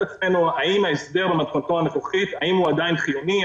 עצמנו האם ההסדר במתכונתו הנוכחית הוא עדיין חיוני,